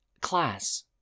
class